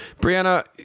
Brianna